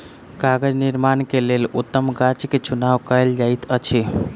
कागज़ निर्माण के लेल उत्तम गाछ के चुनाव कयल जाइत अछि